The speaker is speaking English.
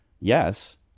Yes